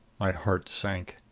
my heart sank.